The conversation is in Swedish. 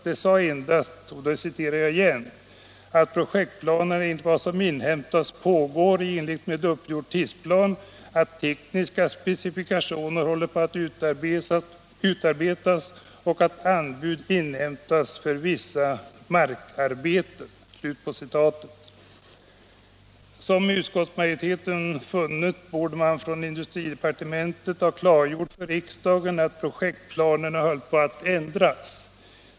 Det sades endast ”att projektplanerna enligt vad som inhämtats pågår i enlighet med uppgjord tidsplan, att tekniska specifikationer håller på att utarbetas och att anbud inhämtats för vissa markarbeten”. Som utskottsmajoriteten funnit borde man från industridepartementet ha klargjort för riksdagen att projektplanerna höll på att ändras.